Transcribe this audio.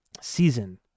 season